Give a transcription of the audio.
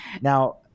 now